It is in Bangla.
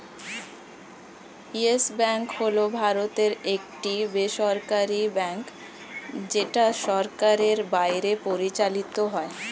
ইয়েস ব্যাঙ্ক হল ভারতের একটি বেসরকারী ব্যাঙ্ক যেটা সরকারের বাইরে পরিচালিত হয়